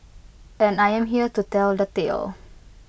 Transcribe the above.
and I am here to tell the tale